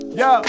yo